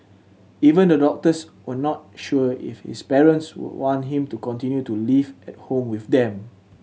even the doctors were not sure if his parents would want him to continue to live at home with them